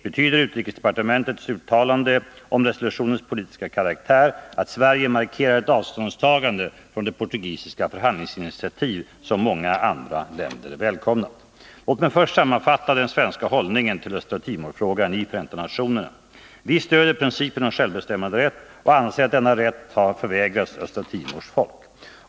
Betyder utrikesdepartementets uttalande om resolutionens politiska karaktär att Sverige markerar ett avståndstagande från det portugisiska förhandlingsinitiativ som många andra länder välkomnat? Låt mig först sammanfatta den svenska hållningen till Östra Timor-frågan i FN. Vi stöder principen om självbestämmanderätt och anser att denna rätt har förvägrats Östra Timors folk.